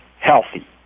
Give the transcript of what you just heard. healthy